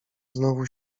znowu